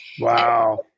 Wow